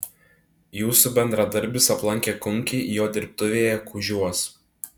jūsų bendradarbis aplankė kunkį jo dirbtuvėje kužiuos